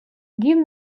give